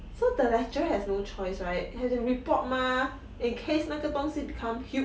so the lecture have no choice right have to report 吗 in case 那个东西 become huge right